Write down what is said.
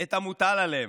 את המוטל עליהם.